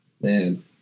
Man